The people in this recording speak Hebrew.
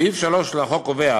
סעיף 3 לחוק קובע